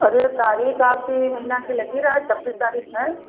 अरे तारीख आपकी ई महीना की लगी रहै छब्बीस तारीख हैं